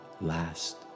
last